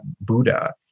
Buddha